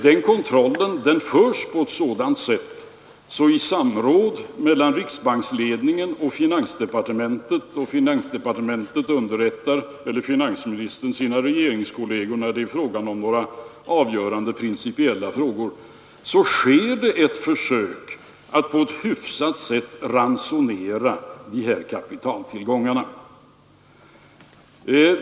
Den kontrollen sker på ett sådant sätt att riksbanksledningen och finansdepartementet — och finansministern underrättar sina regeringskollegor när det är fråga om avgörande principiella frågor — i samråd försöker att på ett hyfsat sätt ransonera de här kapitaltillgångarna.